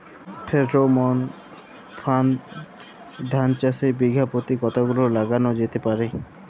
Pheromone ফাঁদ ধান চাষে বিঘা পতি কতগুলো লাগানো যেতে পারে?